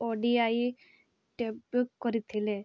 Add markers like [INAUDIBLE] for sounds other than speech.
ଓ ଡ଼ି ଆଇ [UNINTELLIGIBLE] କରିଥିଲେ